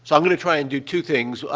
so i'm going to try and do two things. ah,